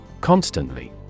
Constantly